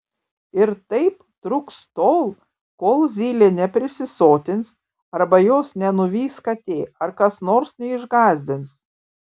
ir taip truks tol kol zylė neprisisotins arba jos nenuvys katė ar kas nors neišgąsdins